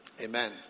Amen